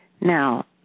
Now